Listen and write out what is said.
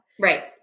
Right